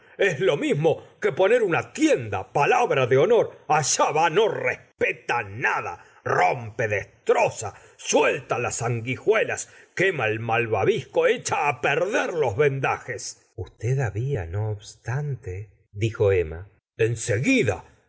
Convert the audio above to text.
es lo mismo que poner una tienda palabra de honor alla va no respeta nada rompe destroza suelta las sanguijuelas quema el malvavisco echa á perder los vendajes usted babia no obstante dijo emma